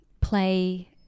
play